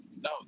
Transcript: No